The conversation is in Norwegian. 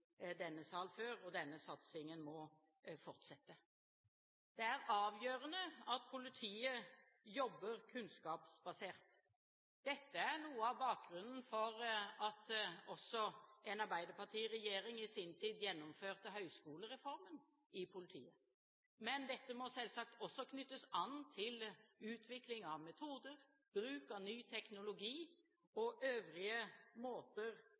denne salen før. Denne satsingen må fortsette. Det er avgjørende at politiet jobber kunnskapsbasert. Dette er noe av bakgrunnen for at også en arbeiderpartiregjering i sin tid gjennomførte høgskolereformen i politiet. Men dette må selvsagt også knyttes an til utvikling av metoder, bruk av ny teknologi og øvrige måter